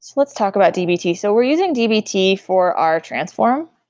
so let's talk about dbt. so we're using dbt for our transform.